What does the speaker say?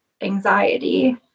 anxiety